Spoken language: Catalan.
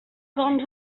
doncs